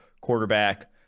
quarterback